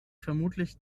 vermutlich